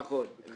נכון,